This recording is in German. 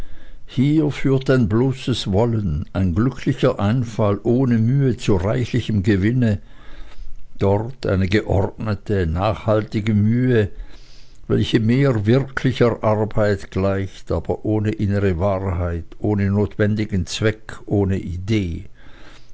hier führt ein bloßes wollen ein glücklicher einfall ohne mühe zu reichlichem gewinne dort eine geordnete nachaltige mühe welche mehr wirklicher arbeit gleicht aber ohne innere wahrheit ohne notwendigen zweck ohne idee